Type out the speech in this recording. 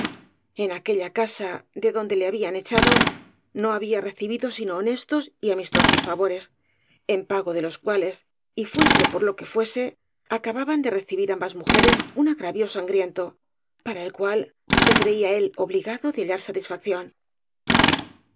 en aquella casa de donde le habían echado no había recibido sino honestos y amistosos favores en pago de los cuales y fuese por lo que fuese acababan de reci bir ambas mujeres un agravio sangriento para el cual se c eía él obligado de hallar satisfacción